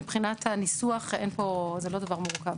מבחינת הניסוח זה לא דבר מורכב.